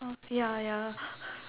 oh ya ya